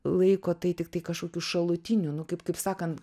laiko tai tiktai kažkokiu šalutiniu nu kaip kaip sakant